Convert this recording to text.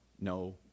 no